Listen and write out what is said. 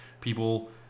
people